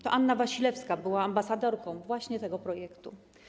To Anna Wasilewska była ambasadorką właśnie tego projektu.